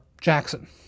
Jackson